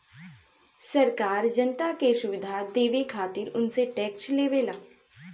सरकार जनता के सुविधा देवे खातिर उनसे टेक्स लेवेला